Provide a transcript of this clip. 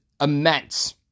immense